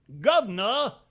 Governor